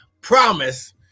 promise